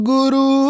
Guru